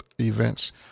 events